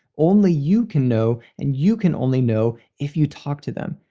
only you can know, and you can only know if you talk to them.